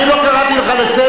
בחיים לא קראתי לך לסדר.